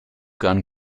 gun